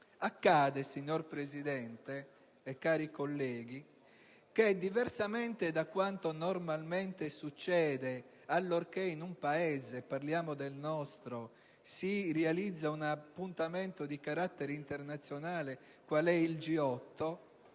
Signor Presidente e cari colleghi, diversamente da quanto normalmente succede allorché in un Paese - parliamo del nostro - si realizza un appuntamento di carattere internazionale quale il G8,